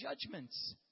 judgments